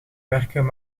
werken